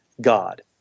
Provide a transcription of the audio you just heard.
God